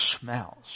smells